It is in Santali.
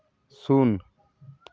ᱥᱩᱱ